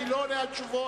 אני לא עונה על תשובות.